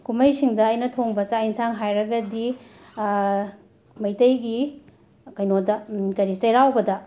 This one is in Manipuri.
ꯀꯨꯝꯍꯩꯁꯤꯡꯗ ꯑꯩꯅ ꯊꯣꯡꯕ ꯆꯥꯛ ꯏꯟꯁꯥꯡ ꯍꯥꯏꯔꯒꯗꯤ ꯃꯩꯇꯩꯒꯤ ꯀꯩꯅꯣꯗ ꯀꯔꯤ ꯆꯩꯔꯥꯎꯕꯗ